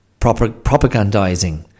propagandizing